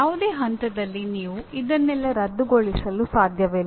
ಯಾವುದೇ ಹಂತದಲ್ಲಿ ನೀವು ಇದನ್ನೆಲ್ಲ ರದ್ದುಗೊಳಿಸಲು ಸಾಧ್ಯವಿಲ್ಲ